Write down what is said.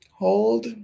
hold